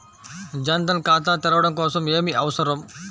జన్ ధన్ ఖాతా తెరవడం కోసం ఏమి అవసరం?